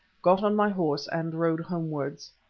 got on my horse and rode homewards.